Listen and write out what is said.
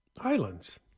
Islands